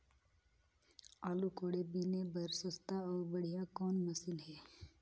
आलू कोड़े बीने बर सस्ता अउ बढ़िया कौन मशीन हे?